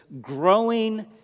growing